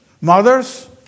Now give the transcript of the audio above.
mothers